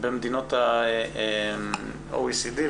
במדינות ה-OECD,